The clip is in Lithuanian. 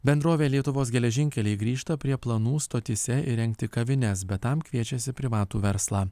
bendrovė lietuvos geležinkeliai grįžta prie planų stotyse įrengti kavines bet tam kviečiasi privatų verslą